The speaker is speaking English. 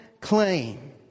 claim